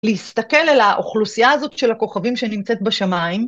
להסתכל על האוכלוסייה הזאת של הכוכבים שנמצאת בשמיים.